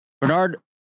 Bernard